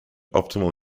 optimal